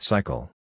Cycle